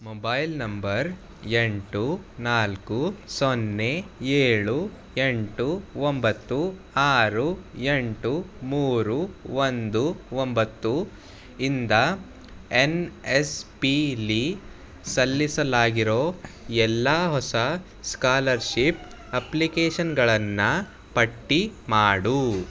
mobile number ಎಂಟು ನಾಲ್ಕು ಸೊನ್ನೆ ಏಳು ಎಂಟು ಒಂಬತ್ತು ಆರು ಎಂಟು ಮೂರು ಒಂದು ಒಂಬತ್ತು ಇಂದ ಎನ್ ಎಸ್ ಪಿಲಿ ಸಲ್ಲಿಸಲಾಗಿರೋ ಎಲ್ಲ ಹೊಸ ಸ್ಕಾಲರ್ಶೀಪ್ ಅಪ್ಲಿಕೇಶನ್ಗಳನ್ನು ಪಟ್ಟಿ ಮಾಡು